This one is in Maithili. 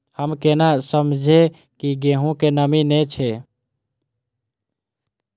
हम केना समझये की गेहूं में नमी ने छे?